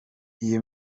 iyo